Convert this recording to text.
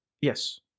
Yes